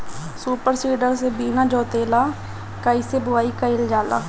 Super seeder से बीना जोतले कईसे बुआई कयिल जाला?